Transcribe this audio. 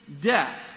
death